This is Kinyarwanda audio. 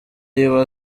yiwe